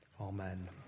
Amen